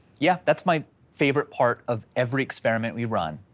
yeah, that's my favorite part of every experiment we run,